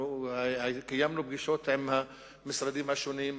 אנחנו גם קיימנו פגישות עם המשרדים השונים,